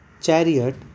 chariot